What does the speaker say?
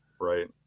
Right